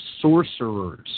sorcerers